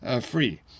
free